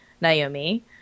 naomi